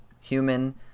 human